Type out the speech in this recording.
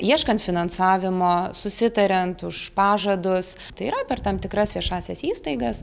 ieškant finansavimo susitariant už pažadus tai yra per tam tikras viešąsias įstaigas